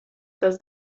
tas